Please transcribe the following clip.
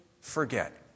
forget